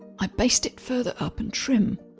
i basted it further up and trim.